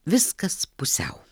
viskas pusiau